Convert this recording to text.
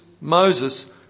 Moses